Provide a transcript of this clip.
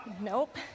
Nope